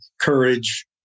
courage